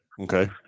Okay